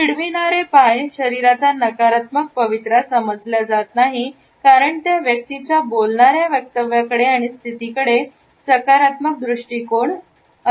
चिडवी नारे पाय शरीराचा नकारात्मक पवित्र समजल्या जात नाही कारण त्या व्यक्तीचा बोलणाऱ्या वक्तव्याकडे आणि स्थितीकडे सकारात्मक दृष्टिकोन असतो